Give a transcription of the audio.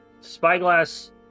spyglass